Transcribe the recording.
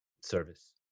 service